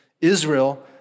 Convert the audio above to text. Israel